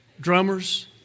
drummers